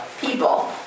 people